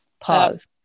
pause